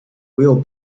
will